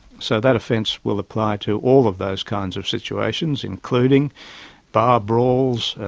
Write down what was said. so that offence will apply to all of those kinds of situations, including bar brawls,